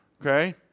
okay